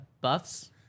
buffs